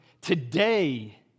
today